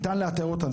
ניתן לאתר אותם.